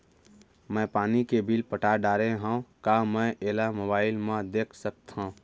मैं पानी के बिल पटा डारे हव का मैं एला मोबाइल म देख सकथव?